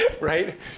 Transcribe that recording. right